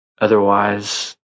Otherwise